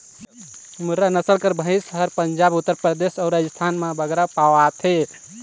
मुर्रा नसल कर भंइस हर पंजाब, उत्तर परदेस अउ राजिस्थान में बगरा पवाथे